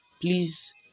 please